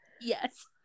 Yes